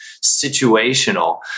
situational